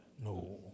No